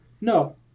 no